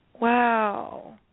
Wow